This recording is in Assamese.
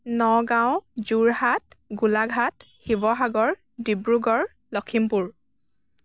নগাঁও যোৰহাট গোলাঘাট শিৱসাগৰ ডিব্ৰুগড় লক্ষীমপুৰ